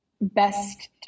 best